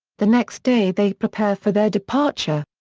the next day they prepare for their departure.